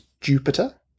Jupiter